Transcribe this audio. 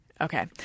Okay